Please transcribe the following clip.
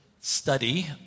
study